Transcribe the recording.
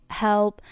help